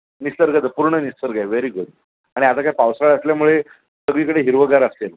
निसर्गाचं पूर्ण निसर्ग आहे व्हेरी गुड आणि आता काय पावसाळा असल्यामुळे सगळीकडे हिरवंगार असेल